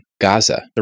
Gaza